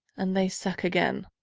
and they suck agen.